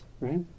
right